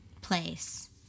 place